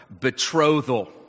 betrothal